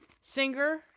Singer